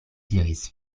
diris